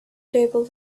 table